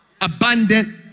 abundant